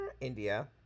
India